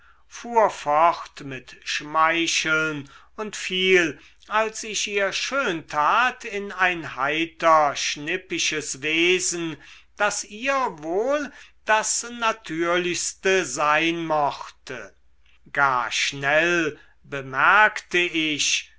fuhr fort mit schmeicheln und fiel als ich ihr schöntat in ein heiter schnippisches wesen das ihr wohl das natürlichste sein mochte gar schnell bemerkte ich